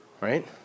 right